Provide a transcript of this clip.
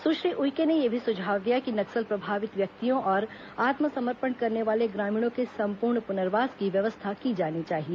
सुश्री उइके ने यह भी सुझाव दिया कि नक्सल प्रभावित व्यक्तियों और आत्मसमर्पण करने वाले ग्रामीणों के संपूण पुनर्वास की व्यवस्था की जानी चाहिए